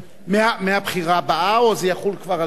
מהבחירה הבאה או זה יחול על מי שכבר נבחר?